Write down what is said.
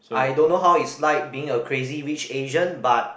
I don't know how it's like being a Crazy-Rich-Asian but